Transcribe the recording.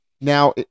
now